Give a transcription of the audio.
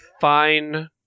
fine